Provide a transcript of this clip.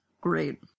great